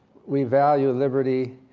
we value liberty,